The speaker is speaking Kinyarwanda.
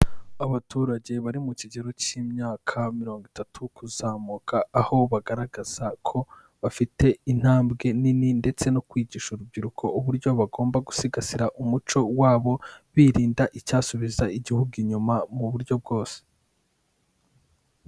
Abaturage bari mu kigero cy'imyaka mirongo itatu kuzamuka, aho bagaragaza ko bafite intambwe nini ndetse no kwigisha urubyiruko uburyo bagomba gusigasira umuco wabo, birinda icyasubiza igihugu inyuma mu buryo bwose.